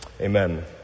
Amen